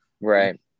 right